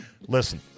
Listen